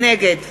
נגד